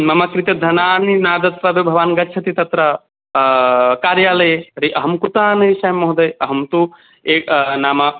मम कृते धनानि नादत्वा तु भवान् गच्छति तत्र कार्यालये तर्हि अहं कुतः आनयिष्यामि महोदय अहं तु एकः नाम